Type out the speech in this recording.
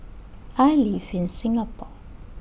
I live in Singapore